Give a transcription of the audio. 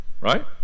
Right